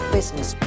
Business